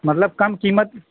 مطلب کم قیمت